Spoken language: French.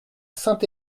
sainte